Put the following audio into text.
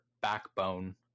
backbone